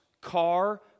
car